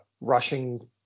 rushing